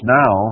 now